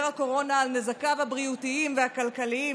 הקורונה על נזקיו הבריאותיים והכלכליים,